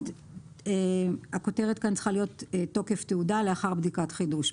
במקום מה שכתוב כאן הכותרת צריכה להיות תוקף תעודה לאחר בדיקות חידוש.